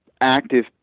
active